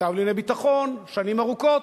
וכתב לענייני ביטחון שנים ארוכות.